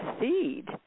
seed